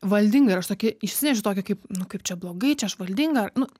valdinga ir aš tokia išsinešu tokį kaip nu kaip čia blogai čia aš valdinga ar nu